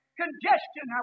congestion